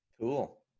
cool